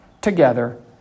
together